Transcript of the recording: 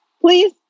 Please